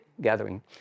gathering